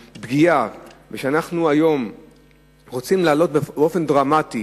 כשהיום אנחנו רוצים להעלות באופן דרמטי